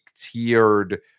tiered